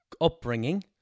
upbringing